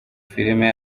filime